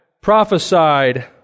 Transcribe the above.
prophesied